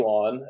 on